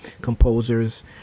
composers